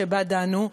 שבה דנו,